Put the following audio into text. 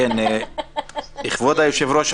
כבוד היושב-ראש,